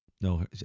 No